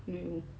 没有